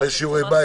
הרבה שיעורי בית.